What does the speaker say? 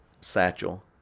satchel